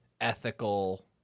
ethical